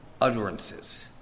utterances